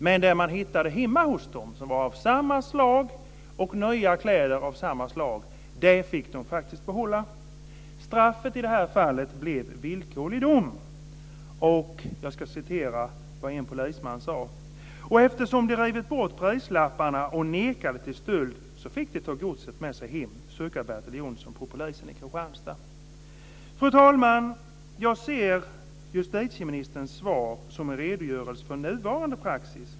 Men det man hittade hemma hos dem, som var av samma slag och nya kläder, fick de faktiskt behålla. Straffet blev i det här fallet villkorlig dom. I tidningen stod också följande: "Och eftersom de rivit bort prislapparna och nekade till stöld, fick de ta godset med sig hem, suckar Bertil Johnsson på polisen i Kristianstad." Fru talman! Jag ser justitieministerns svar som en redogörelse för nuvarande praxis.